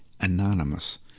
anonymous